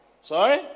Sorry